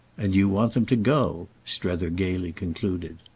and you want them to go! strether gaily concluded.